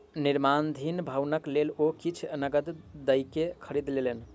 निर्माणाधीन भवनक लेल ओ किछ नकद दयके खरीद लेलैन